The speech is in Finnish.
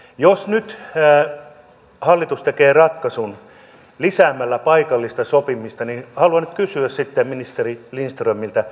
jos nyt hallitus tekee ratkaisun lisäämällä paikallista sopimista niin haluan kysyä sitten ministeri lindströmiltä